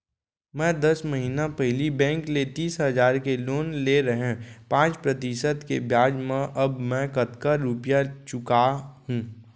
मैं दस महिना पहिली बैंक ले तीस हजार के लोन ले रहेंव पाँच प्रतिशत के ब्याज म अब मैं कतका रुपिया चुका हूँ?